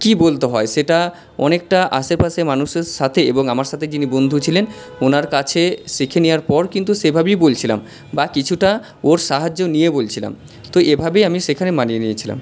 কী বলতে হয় সেটা অনেকটা আশেপাশে মানুষের সাথে এবং আমার সাথে যিনি বন্ধু ছিলেন ওনার কাছে শিখে নেওয়ার পর কিন্তু সেভাবেই বলছিলাম বা কিছুটা ওর সাহায্য নিয়ে বলছিলাম তো এভাবেই আমি সেখানে মানিয়ে নিয়েছিলাম